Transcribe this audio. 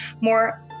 more